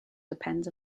depends